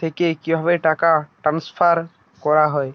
থেকে কিভাবে টাকা ট্রান্সফার করা হয়?